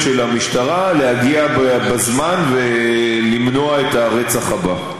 של המשטרה להגיע בזמן ולמנוע את הרצח הבא.